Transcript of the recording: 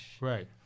Right